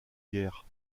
guerre